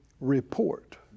report